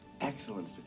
excellent